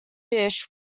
fish